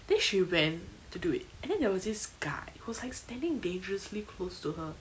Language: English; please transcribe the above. then she went to do it and then there was this guy who was standing dangerously close to her